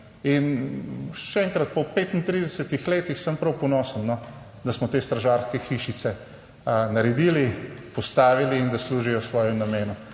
In še enkrat, po 35 letih sem prav ponosen, da smo te stražarske hišice naredili, postavili in da služijo svojemu namenu.